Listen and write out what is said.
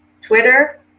Twitter